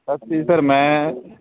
ਬਾਕੀ ਸਰ ਮੈਂ